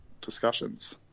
discussions